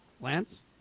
lance